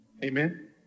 Amen